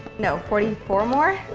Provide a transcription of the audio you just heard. no forty four more.